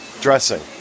dressing